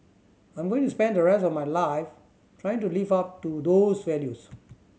I'm going to spend the rest of my life trying to live up to those values